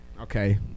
Okay